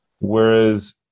whereas